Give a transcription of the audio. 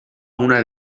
una